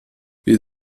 wir